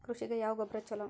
ಕೃಷಿಗ ಯಾವ ಗೊಬ್ರಾ ಛಲೋ?